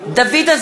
(קוראת בשם חבר הכנסת) דוד אזולאי,